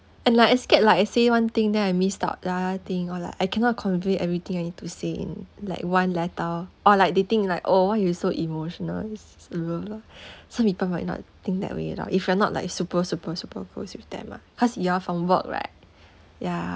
and like I scared like I say one thing then I missed out like other thing or like I cannot convey everything I need to say in like one letter or like they think like oh why you so emotional some people might not think that way lah if you're not like super super super close with them ah cause you all from work right ya